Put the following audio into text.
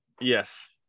Yes